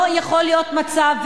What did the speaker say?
לא יכול להיות מצב,